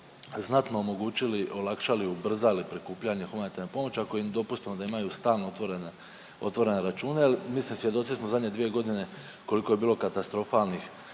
znatno omogućili, olakšali, ubrzali prikupljanje humanitarne pomoći ako im dopustimo da imaju stalno otvorene, otvorene račune. Al mislim svjedoci smo zadnje dvije godine koliko je bilo katastrofalnih